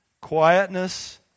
Quietness